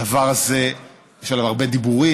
על הדבר הזה יש הרבה דיבורים,